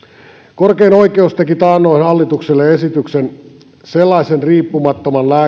korkein oikeus teki taannoin hallitukselle esityksen sellaisen riippumattoman